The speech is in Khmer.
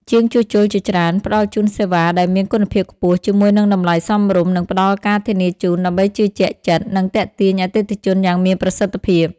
ជាងជួសជុលជាច្រើនផ្ដល់ជូនសេវាដែលមានគុណភាពខ្ពស់ ជាមួយនឹងតម្លៃសមរម្យ និងផ្តល់ការធានាជូន ដើម្បីជឿជាក់ចិត្ត និងទាក់ទាញអតិថិជនយ៉ាងមានប្រសិទ្ធិភាព។